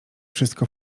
wszystko